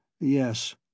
Yes